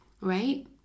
right